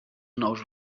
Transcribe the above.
nous